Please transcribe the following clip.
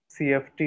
CFT